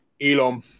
Elon